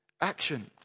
action